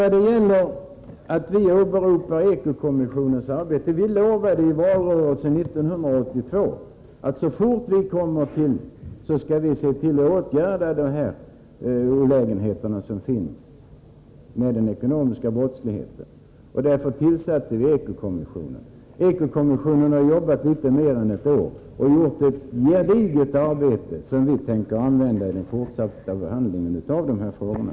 Vad sedan gäller detta att vi åberopar Eko-kommissionens arbete, vill jag framhålla att vi i valrörelsen 1982 lovade att vi, så snart vi kom i regeringsställning, skulle åtgärda de olägenheter som finns i samband med den ekonomiska brottsligheten. Därför tillsatte vi Eko-kommissionen. Den har arbetat under litet mer än ett år och gjort ett gediget arbete, som vi tänker dra nytta av vid den fortsatta behandlingen av de här frågorna.